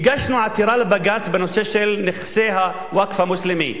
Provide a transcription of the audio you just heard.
הגשנו עתירה לבג"ץ בנושא של נכסי הווקף המוסלמי.